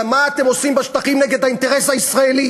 אלא מה אתם עושים בשטחים נגד האינטרס הישראלי,